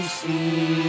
see